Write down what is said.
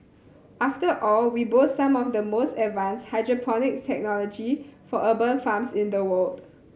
after all we boast some of the most advanced hydroponics technology for urban farms in the world